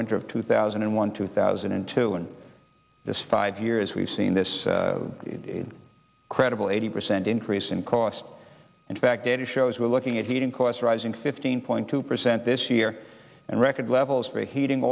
winter of two thousand and one two thousand and two and this five years we've seen this credible eighty percent increase in cost in fact data shows we are looking at heating costs rising fifteen point two percent this year and record levels heating